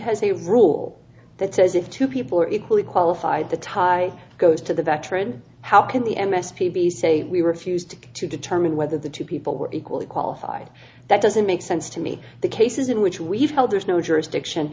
has a rule that says if two people are equally qualified the tie goes to the veteran how can the m s p be say we were fused to determine whether the two people were equally qualified that doesn't make sense to me the cases in which we've held there's no jurisdiction